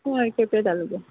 हय केंपे तालुका